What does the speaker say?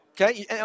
Okay